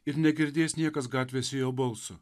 ir negirdės niekas gatvėse jo balso